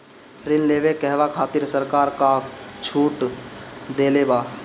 ऋण लेवे कहवा खातिर सरकार का का छूट देले बा?